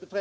för detta.